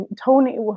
Tony